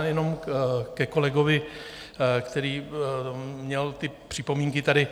Jenom ke kolegovi, který měl ty připomínky tady.